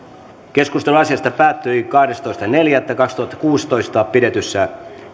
keskustelu asiasta päättyi kahdestoista neljättä kaksituhattakuusitoista pidetyssä